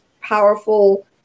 powerful